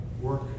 work